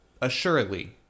assuredly